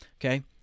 Okay